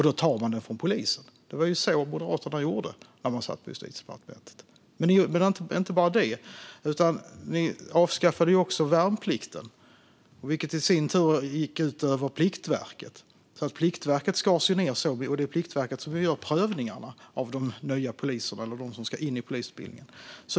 Då tar man det från polisen - det var så Moderaterna gjorde när man satt i Justitiedepartementet. Men ni gjorde inte bara det, utan ni avskaffade också värnplikten, vilket i sin tur gick ut över Pliktverket. Pliktverket skars ned, såg vi, och det är de som gör prövningarna av dem som ska in på polisutbildningen.